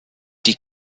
die